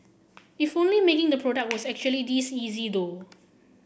if only making the product was actually this easy though